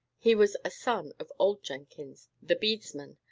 he was a son of old jenkins, the bedesman,